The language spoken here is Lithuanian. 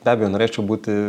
be abejo norėčiau būti